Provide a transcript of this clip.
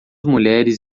mulheres